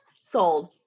Sold